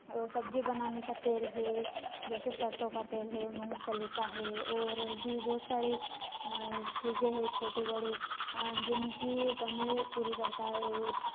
और सब्ज़ी बनाने का तेल है जैसे सरसों का तेल है मूँगफली का है और भी बहुत सारी चीज़ें हैं छोटी बड़ी जिनकी कमी पूरी करता है और